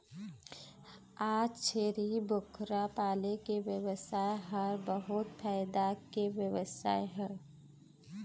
आज छेरी बोकरा पाले के बेवसाय ह बहुत फायदा के बेवसाय हे